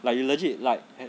like you legit like have